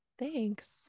thanks